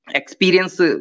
experience